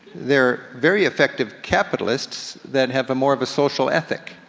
they're very effective capitalists that have more of a social ethic.